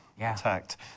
attacked